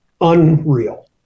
unreal